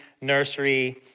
nursery